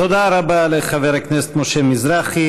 תודה רבה לחבר הכנסת משה מזרחי.